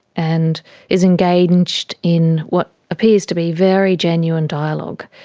and is engaged in what appears to be very genuine dialogue.